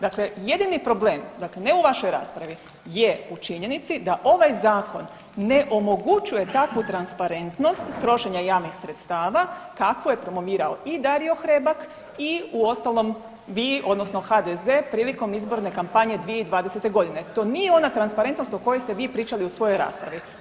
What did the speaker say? Dakle, jedini problem, dakle ne u vašoj raspravi je u činjenici da ovaj Zakon ne omogućuje takvu transparentnost trošenja javnih sredstava kakvu je promovirao i Dario Hrebak i uostalom, vi, odnosno HDZ prilikom izborne kampanje 2020. g. To nije ona transparentnost o kojoj ste vi pričali u svojoj raspravi.